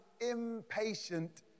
impatient